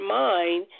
mind